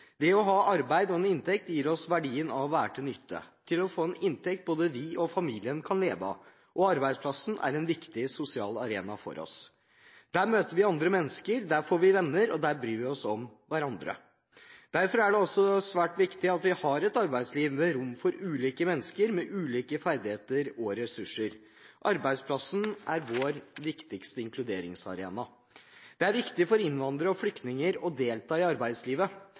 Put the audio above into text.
Det å ha arbeid gir oss verdien av å være til nytte og til å få en inntekt både vi og familien kan leve av, og arbeidsplassen er en viktig sosial arena for oss. Der møter vi andre mennesker, der får vi venner, og der bryr vi oss om hverandre. Derfor er det også svært viktig at vi har et arbeidsliv med rom for ulike mennesker med ulike ferdigheter og ressurser. Arbeidsplassen er vår viktigste inkluderingsarena. Det er viktig for innvandrere og flyktninger å delta i arbeidslivet.